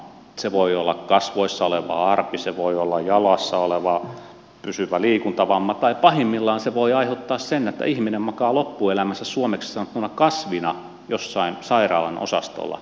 se voi olla kasvoissa oleva arpi se voi olla jalassa oleva pysyvä liikuntavamma tai pahimmillaan se voi aiheuttaa sen että ihminen makaa loppuelämänsä suomeksi sanottuna kasvina jossain sairaalan osastolla